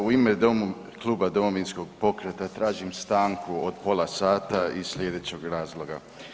Evo u ime kluba Domovinskog pokreta tražim stanku od pola sata iz sljedećeg razloga.